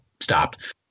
stopped